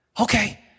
Okay